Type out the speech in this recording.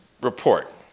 report